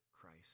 Christ